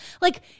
like-